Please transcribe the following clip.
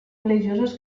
religiosos